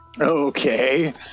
Okay